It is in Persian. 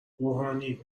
روحانی